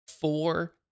four